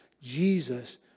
Jesus